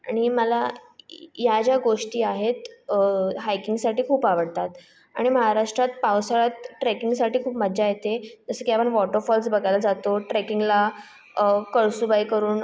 आणि मला या ज्या गोष्टी आहेत हायकिंगसाठी खूप आवडतात आणि महाराष्ट्रात पावसाळ्यात ट्रेकिंगसाठी खूप मज्जा येते जसं की आपण वॉटर फॉल्स बघायला जातो ट्रेकिंगला कळसूबाई करून